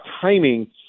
timing